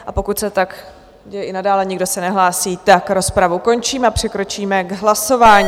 A pokud se tak děje i nadále, nikdo se nehlásí, rozpravu končím a přikročíme k hlasování.